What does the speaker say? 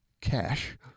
Cash